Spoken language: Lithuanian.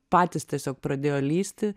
patys tiesiog pradėjo lįsti